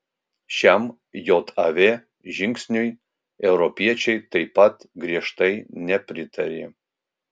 šiam jav žingsniui europiečiai taip pat griežtai nepritarė